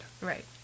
Right